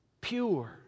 pure